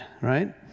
right